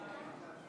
63